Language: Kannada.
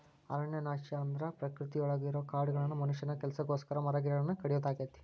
ಅರಣ್ಯನಾಶ ಅಂದ್ರ ಪ್ರಕೃತಿಯೊಳಗಿರೋ ಕಾಡುಗಳನ್ನ ಮನುಷ್ಯನ ಕೆಲಸಕ್ಕೋಸ್ಕರ ಮರಗಿಡಗಳನ್ನ ಕಡಿಯೋದಾಗೇತಿ